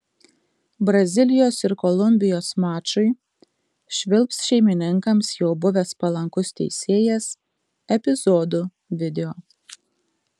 brazilijos ir kolumbijos mačui švilps šeimininkams jau buvęs palankus teisėjas epizodų video